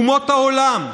אומות העולם,